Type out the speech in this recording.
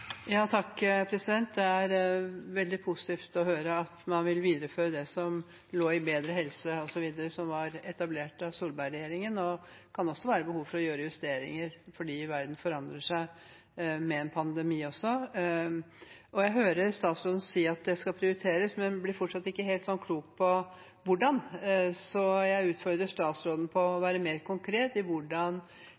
Det er veldig positivt å høre at man vil videreføre det som lå i Bedre helse osv., som var etablert av Solberg-regjeringen. Det kan også være behov for å gjøre justeringer, for verden forandrer seg med en pandemi. Jeg hører statsråden si at det skal prioriteres, men jeg blir fortsatt ikke helt klok på hvordan. Så jeg utfordrer statsråden på å